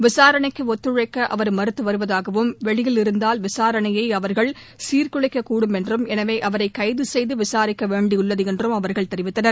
விசாரணைக்கு ஒத்துழைக்க அவர் மறுத்து வருவதாகவும் வெளியில் இருந்தால் விசாரணையை அவர்கள் சீர்குலைக்க்கூடும் என்றும் எனவே அவரை கைது செய்து விசாரிக்க வேண்டியுள்ளது என்றும் அவர்கள் தெரிவித்தனர்